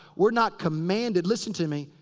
we're not commanded. listen to me.